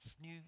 new